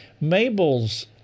Mabel's